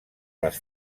les